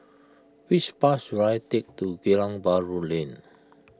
which bus should I take to Geylang Bahru Lane